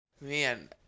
Man